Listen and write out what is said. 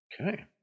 Okay